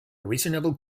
reasonable